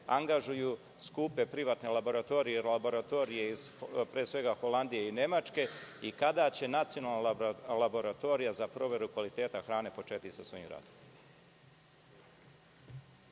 angažuju skupe privatne laboratorije, jer laboratorije, pre svega, Holandije i Nemačke i kada će Nacionalna laboratorija za proveru kvaliteta hrane početi sa svojim radom?